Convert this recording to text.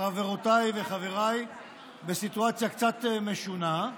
חברותיי וחבריי, בסיטואציה קצת משונה,